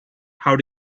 how